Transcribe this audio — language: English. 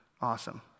Awesome